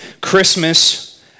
Christmas